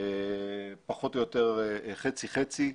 פחות או יותר חצי חצי,